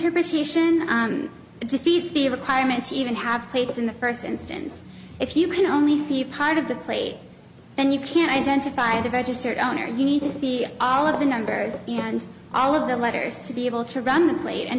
interpretation defeats the requirements even have played in the first instance if you can only see part of the play and you can identify the registered owner you need to see all of the numbers and all of the letters to be able to run the plate and